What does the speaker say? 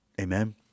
Amen